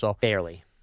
Barely